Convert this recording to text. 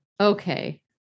Okay